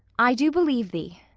i do believe thee,